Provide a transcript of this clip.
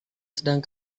sedang